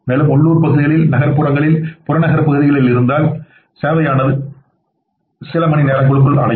மேலும் உள்ளூர் பகுதிகளில் நகர்ப்புறங்களில் புறநகர் பகுதிகளில் இருந்தாலும் சேவையானது சில மணி நேரங்களுக்குள் அடையும்